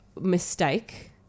mistake